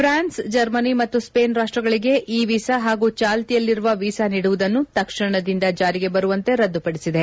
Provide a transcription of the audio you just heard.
France Germany ಮತ್ತು Spain ರಾಷ್ಷಗಳಿಗೆ e visa ಹಾಗೂ ಚಾಲ್ತಿಯಲ್ಲಿರುವ ವೀಸಾ ನೀಡುವುದನ್ನು ತಕ್ಷಣದಿಂದ ಜಾರಿಗೆ ಬರುವಂತೆ ರದ್ಲುಪಡಿಸಿದೆ